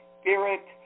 spirit